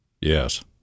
Yes